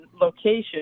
location